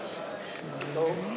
חתימות,